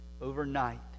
Overnight